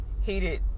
heated